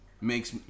makes